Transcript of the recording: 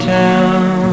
town